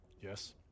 Yes